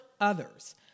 others